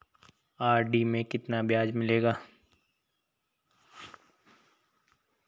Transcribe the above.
RD में कितना ब्याज मिलेगा?